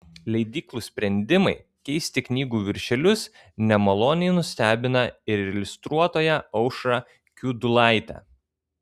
leidyklų sprendimai keisti knygų viršelius nemaloniai nustebina ir iliustruotoją aušrą kiudulaitę